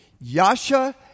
Yasha